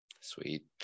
sweet